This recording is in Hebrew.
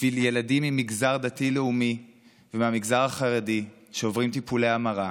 בשביל ילדים מהמגזר הדתי-לאומי ומהמגזר החרדי שעוברים טיפולי המרה,